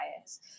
bias